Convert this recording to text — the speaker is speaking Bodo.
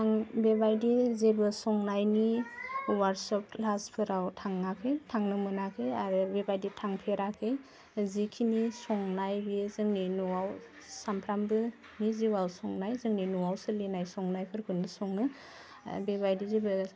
आं बेबायदिनो जेबो संनायनि अवार्कसब ख्लासफोराव थाङाखै थांनो मोनाखै आरो बेबायदि थांफेराखै जिखिनि संनाय बेयो जोंनि न'आव सामफ्रामबोनि जिउआव संनाय जोंनि न'आव सोलिनाय संनायफोरखौनो सङो बेबायदि जेबो